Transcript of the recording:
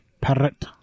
Parrot